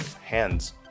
hands